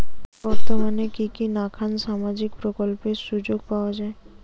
বর্তমানে কি কি নাখান সামাজিক প্রকল্পের সুযোগ পাওয়া যায়?